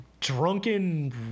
drunken